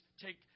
take